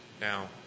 Now